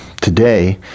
today